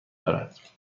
دارد